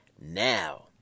now